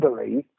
believe